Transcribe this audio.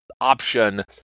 option